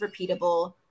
repeatable